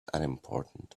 unimportant